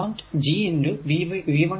ഈ G എന്നത് 1Rആണ്